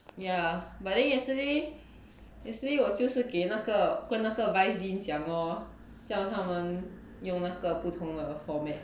ya but then yesterday yesterday 我就是给那个跟那个 vice dean 讲咯叫他们用那个不同的 format